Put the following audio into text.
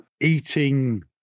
Eating